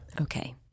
Okay